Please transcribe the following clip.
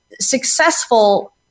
successful